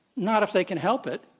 not if they can help it,